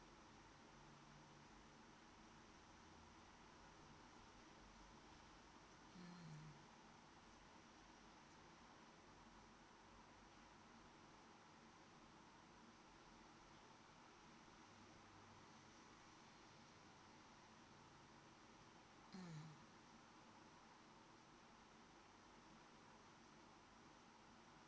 mmhmm mm